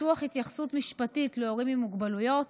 פיתוח התייחסות משפטית להורים עם מוגבלויות,